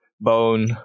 bone